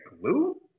glue